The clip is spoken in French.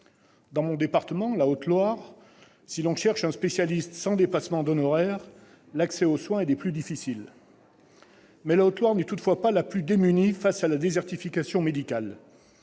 Dans mon département, la Haute-Loire, si l'on cherche un spécialiste sans dépassement d'honoraires, l'accès aux soins est des plus difficiles. La Haute-Loire n'est toutefois pas la plus démunie face à la désertification médicale.